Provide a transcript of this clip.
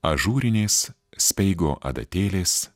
ažūrinės speigo adatėlės